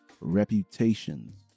Reputations